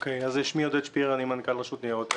אני מנכ"ל רשות ניירות ערך.